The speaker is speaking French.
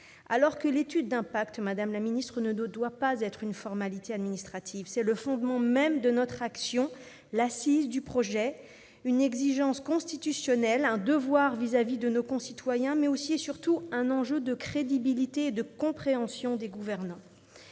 d'État, l'étude d'impact ne doit pas être une formalité administrative. C'est le fondement de l'action, l'assise du projet de loi, une exigence constitutionnelle, un devoir vis-à-vis de nos concitoyens, mais aussi et surtout un enjeu de crédibilité et de compréhension des gouvernants.